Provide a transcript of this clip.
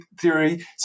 Theory